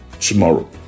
tomorrow